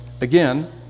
Again